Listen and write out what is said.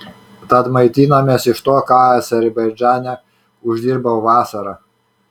tad maitinamės iš to ką azerbaidžane uždirbau vasarą